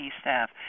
staff